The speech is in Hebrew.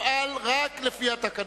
אפעל רק לפי התקנון.